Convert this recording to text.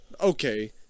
okay